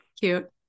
Cute